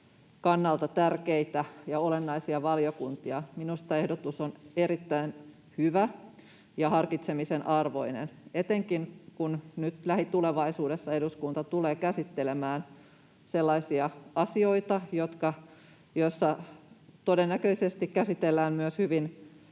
kannalta tärkeitä ja olennaisia valiokuntia. Minusta ehdotus on erittäin hyvä ja harkitsemisen arvoinen, etenkin kun nyt lähitulevaisuudessa eduskunta tulee käsittelemään sellaisia asioita, joissa todennäköisesti käsitellään myös